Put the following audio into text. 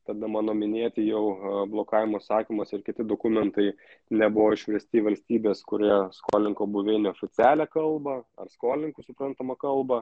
tada mano minėti jau blokavimo įsakymas ir kiti dokumentai nebuvo išversti į valstybės kurioje skolinko buveinė oficialią kalbą ar skolininkui suprantamą kalbą